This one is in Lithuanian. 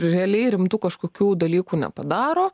realiai rimtų kažkokių dalykų nepadaro